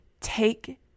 Take